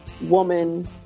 woman